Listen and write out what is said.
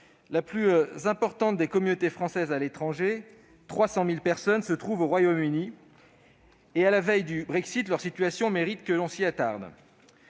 la plus importante des communautés françaises à l'étranger, avec 300 000 personnes, se trouve au Royaume-Uni. À la veille du Brexit, leur situation mérite que l'on s'y attarde.